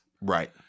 Right